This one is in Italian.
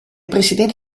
presidente